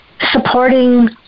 supporting